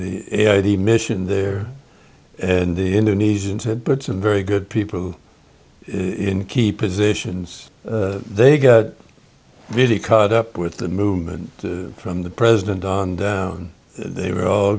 the mission there and the indonesians had but some very good people in key positions they get really caught up with the movement from the president on down they were all